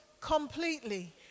completely